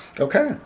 okay